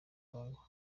kongo